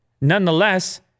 nonetheless